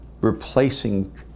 replacing